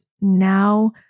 now